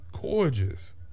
gorgeous